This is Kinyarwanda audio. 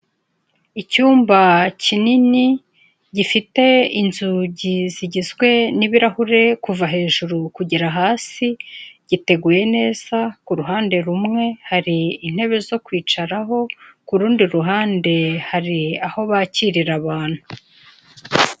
Icyumba kinini gifite inzugi zigizwe n'ibirahure kuva hejuru kugera hasi, giteguye neza kuru ruhande rumwe hari intebe zo kwicaraho, kurundi ruhande hari aho bakirira abantu.